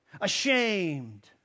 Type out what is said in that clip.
Ashamed